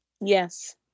Yes